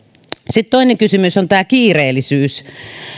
toinen kysymys on tämä kiireellisyys